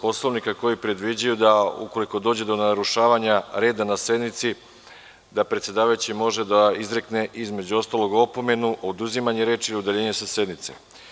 Poslovnika, koji predviđaju da ukoliko dođe do narušavanja reda na sednici predsedavajući može da izrekne između ostalog opomenu oduzimanja reči ili udaljenja sa sednice.